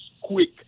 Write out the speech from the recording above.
quick